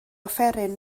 offeryn